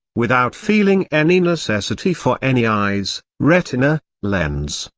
without feeling any necessity for any eyes, retina, lens,